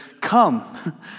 come